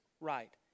right